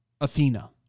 Athena